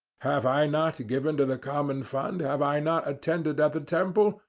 have i not given to the common fund? have i not attended at the temple?